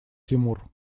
тимур